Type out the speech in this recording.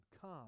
Come